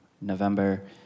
November